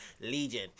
Legion